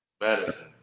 Medicine